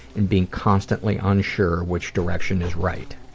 and being constantly unsure which direction is right.